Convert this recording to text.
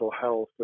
health